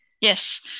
Yes